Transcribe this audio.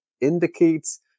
indicates